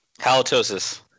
Halitosis